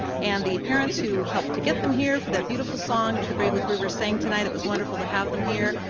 and the parents who helped to get them here for that beautiful song that but the gravely groovers sang tonight. it was wonderful to have them here.